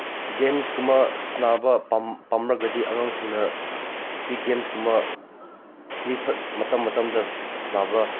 ꯒꯦꯝꯁꯀꯨꯝꯕ ꯁꯥꯟꯅꯕ ꯄꯥꯝꯂꯒꯗꯤ ꯑꯉꯥꯡꯁꯤꯡꯅ ꯒꯦꯝꯁꯀꯨꯝꯕ ꯃꯇꯝ ꯃꯇꯝꯗ ꯁꯥꯟꯅꯕ